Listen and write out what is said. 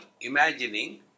imagining